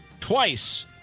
twice